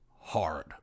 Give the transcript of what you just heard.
hard